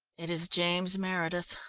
it is james meredith,